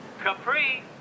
Capri